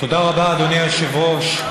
תודה רבה, אדוני היושב-ראש.